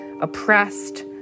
oppressed